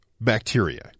bacteria